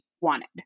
wanted